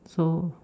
so